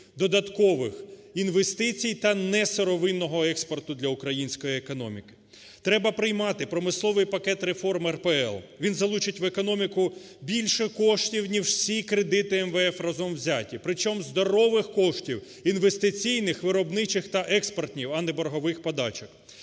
додаткових інвестицій та несировинного експорту для української економіки. Треба приймати промисловий пакет реформ РПЛ, він залучить в економіку більше коштів ніж всі кредити МВФ разом взяті, причому здорових коштів, інвестиційних, виробничих та експортних, а не боргових подачок.